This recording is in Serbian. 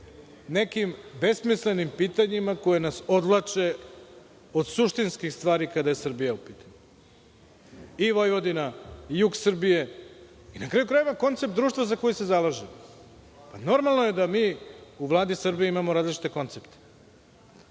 nekim besmislenim pitanjima koja nas odvlače od suštinskih stvari kada je Srbija u pitanju, i Vojvodina, i jug Srbije i, na kraju krajeva, koncept društva za koji se zalažemo. Normalno je da mi u Vladi Srbije imamo različite koncepte.